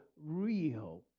real